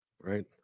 right